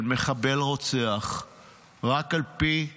של מחבל רוצח רק על פי בקשתו,